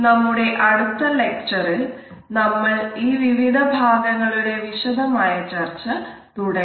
നമ്മുടെ അടുത്ത ലെക്ച്ചറിൽ നമ്മൾ ഈ വിവിധ ഭാഗങ്ങളുടെ വിശദമായ ചർച്ച തുടരും